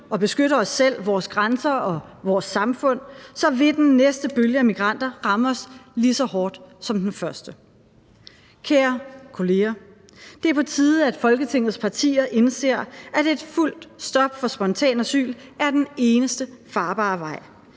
og beskytter os selv, vores grænser og vores samfund, vil den næste bølge af migranter ramme os lige så hårdt som den første. Kære kolleger, det er på tide, at Folketingets partier indser, at et fuldt stop for spontanasyl er den eneste farbare vej.